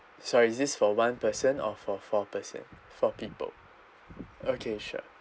sorry is this for one person or for four person four people okay sure